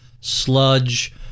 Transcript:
sludge